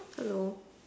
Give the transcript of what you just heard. hello